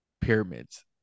pyramids